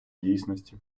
дійсності